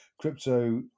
crypto